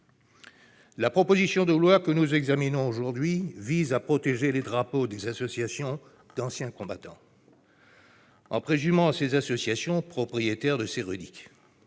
La proposition de loi que nous examinons aujourd'hui vise à protéger les drapeaux des associations d'anciens combattants en créant une présomption de propriété au profit de ces